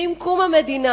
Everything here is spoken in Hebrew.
ועם קום המדינה,